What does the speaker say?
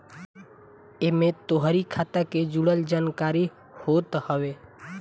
एमे तोहरी खाता के जुड़ल जानकारी होत हवे